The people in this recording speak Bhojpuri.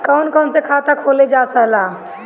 कौन कौन से खाता खोला जा सके ला?